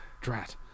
Drat